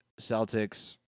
Celtics